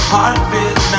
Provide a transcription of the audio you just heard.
Heartbeat